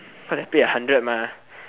cause I pay a hundred mah